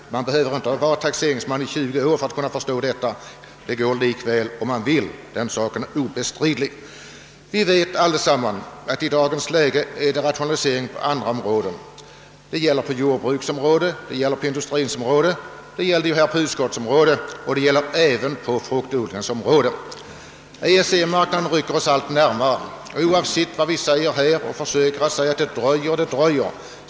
Man behöver inte ha varit taxeringsman i 20 år för att förstå detta. Det går bra bara man vill — den saken är obestridlig. Som bekant sker i dag rationaliseringar på alla områden: inom jordbruket, inom industrin och inom fruktodlingen — ja, i detta fall även när det gäller utskottets eget arbete. EEC marknaden rycker oss allt närmare oavsett vad man säger om att det dröjer.